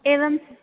एवम्